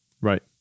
Right